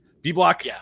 B-Block